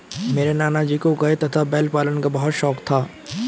मेरे नाना जी को गाय तथा बैल पालन का बहुत शौक था